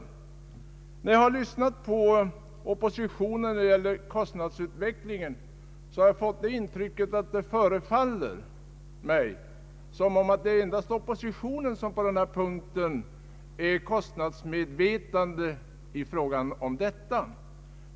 Efter att ha lyssnat på vad ledamöter från oppositionspartierna har sagt om kostnadsutvecklingen har jag fått ett intryck av att de anser att det endast är oppositionspartierna som är kostnadsmedvetna.